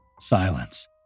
Silence